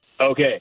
Okay